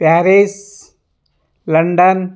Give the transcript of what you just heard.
Paris London